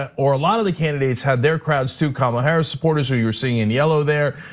ah or a lot of the candidates had their crowds too. kamala harris supporters who you're seeing in yellow there,